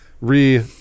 Re